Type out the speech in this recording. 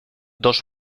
dos